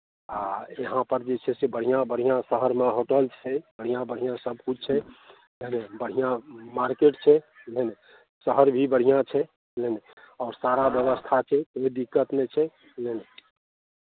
आ यहाँपर जे छै से बढ़िआँ बढ़िआँ शहरमे होटल छै बढ़िआँ बढ़िआँ सभकिछु छै बुझलियै बढ़िआँ मार्केट छै बुझलियै ने शहर भी बढ़िआँ छै बुझलियै ने आओर सारा व्यवस्था छै कोइ दिक्कत नहि छै बुझलियै ने